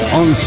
on